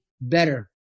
better